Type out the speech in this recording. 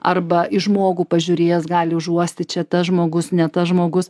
arba į žmogų pažiūrėjęs gali užuosti čia tas žmogus ne tas žmogus